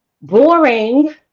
Boring